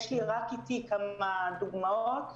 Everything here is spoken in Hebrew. יש לי איתי כמה דוגמאות.